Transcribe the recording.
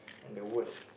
and the worst